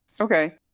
okay